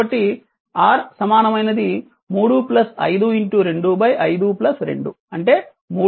కాబట్టి R సమానమైనది 3 5 2 5 2 అంటే 3 10 7 Ω